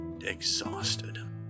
exhausted